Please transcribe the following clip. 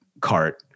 cart